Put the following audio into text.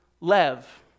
lev